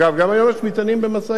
אגב, גם היום יש מטענים במשאיות,